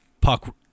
puck